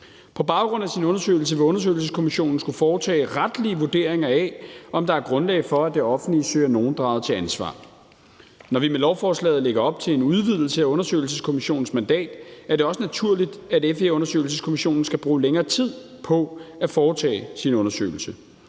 På baggrund af sin undersøgelse vil undersøgelseskommissionen skulle foretage retlige vurderinger af, om der er grundlag for, at det offentlige søger nogen draget til ansvar. Når vi med lovforslaget lægger op til en udvidelse af undersøgelseskommissionens mandat, er det også naturligt, at FE-undersøgelseskommissionen skal bruge længere tid på at foretage sin undersøgelse.